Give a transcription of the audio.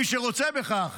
מי שרוצה בכך,